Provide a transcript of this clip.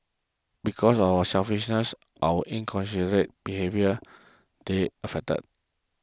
because of our selfishness our inconsiderate behaviour they're affected